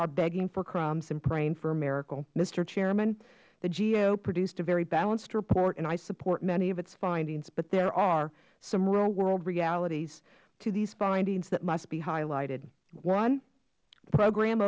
are begging for crumbs and praying for a miracle mister chairman the gao produced a very balanced report and i support many of its findings but there are some real world realities to these findings that must be highlighted one program